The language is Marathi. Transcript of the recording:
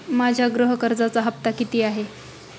माझ्या गृह कर्जाचा हफ्ता किती आहे?